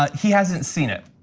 ah he hasn't seen it.